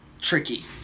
tricky